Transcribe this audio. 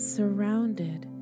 surrounded